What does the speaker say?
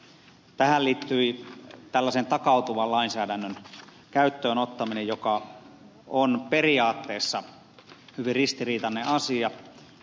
tähän liittyi tällaisen takautuvan lainsäädännön käyttöön ottaminen joka on periaatteessa hyvin ristiriitainen asia